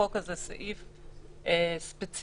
בחוק הזה סעיף ספציפי.